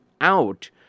out